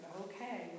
Okay